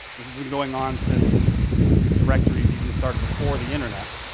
this has been going on since directories even started. before the internet,